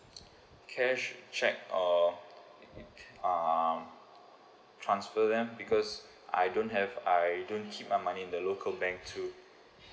cash cheque or um transfer them because I don't have I don't keep my money in the local bank too